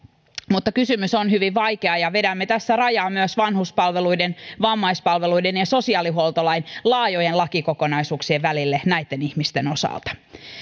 mutta kysymys on hyvin vaikea ja vedämme tässä rajaa myös vanhuspalveluiden vammaispalveluiden ja sosiaalihuoltolain laajojen lakikokonaisuuksien välille näitten ihmisten osalta